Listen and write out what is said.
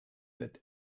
that